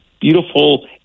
beautiful